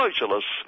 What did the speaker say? socialists